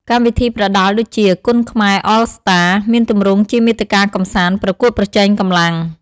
កម្មវិធីប្រដាល់ដូចជា "Kun Khmer All Star " មានទម្រង់ជាមាតិកាកម្សាន្ដ ប្រកួតប្រជែងកម្លាំង។